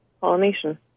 pollination